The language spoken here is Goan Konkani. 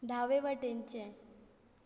दावे वटेनचें